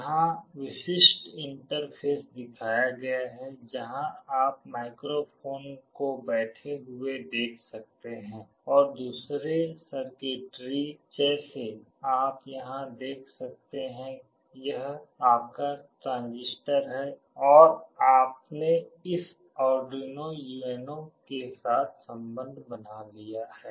यहाँ विशिष्ट इंटरफ़ेस दिखाया गया है जहाँ आप माइक्रोफ़ोन को बैठे हुए देख सकते हैं और दूसरे सर्किटरी जिसे आप यहाँ देख सकते हैं यह आपका ट्रांजिस्टर है और आपने इस आर्डुइनो यूएनओ के साथ संबंध बना लिया है